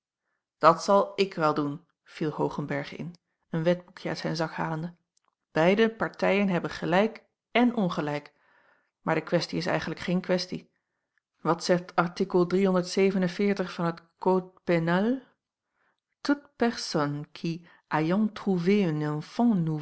dat zal ik wel doen viel hoogenberg in een wetboekje uit zijn zak halende beide partijen hebben gelijk en ongelijk maar de questie is eigentlijk geen questie wat zegt